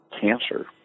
cancer